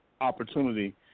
opportunity